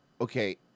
Okay